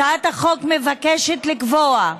הצעת החוק מבקשת לקבוע,